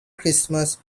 christmas